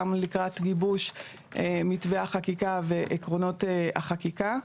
גם לקראת גיבוש מתווה החקיקה ועקרונות החקיקה.